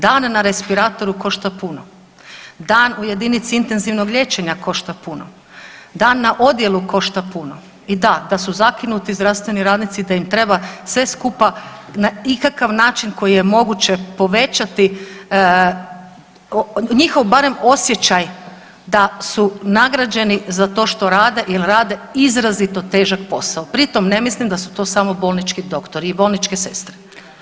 Dan na respiratoru košta puno, dan u jedinici intenzivnog liječenja košta puno, dan na odjelu košta puno i da da su zakinuti zdravstveni radnici da im treba sve skupa na ikakav način koji je moguće povećati njihov barem osjećaj da su nagrađeni za to što rade jel rade izrazito težak posao pri tom ne mislim da su to samo bolnički doktori i bolničke sestre.